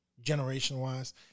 generation-wise